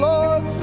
Lord